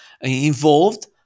involved